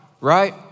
right